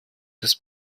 des